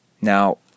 Now